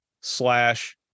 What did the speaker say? slash